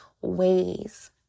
ways